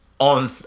On